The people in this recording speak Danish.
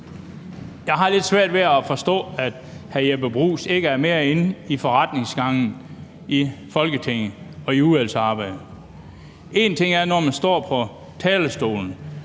Jeg har lidt svært ved at forstå, at hr. Jeppe Bruus ikke er mere inde i forretningsgangen i Folketinget og i udvalgsarbejdet. På talerstolen